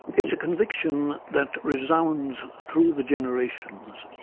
it is a conviction that resounds through the generations